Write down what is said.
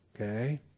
Okay